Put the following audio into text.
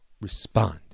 respond